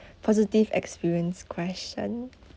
positive experience question